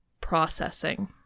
processing